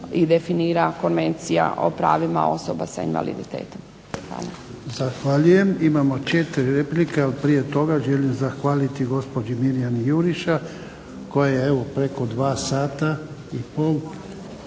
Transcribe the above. i definira Konvencija o pravima osoba sa invaliditetom.